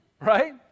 right